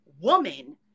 woman